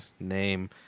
name